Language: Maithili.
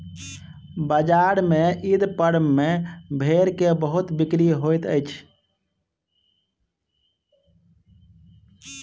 बजार में ईद पर्व में भेड़ के बहुत बिक्री होइत अछि